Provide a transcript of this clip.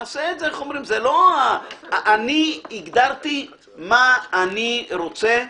אני הגדרתי מה אני רוצה.